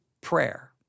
prayer